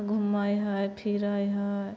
घुमै है फिरै है